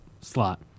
slot